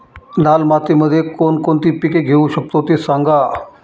लाल मातीमध्ये कोणकोणती पिके घेऊ शकतो, ते सांगा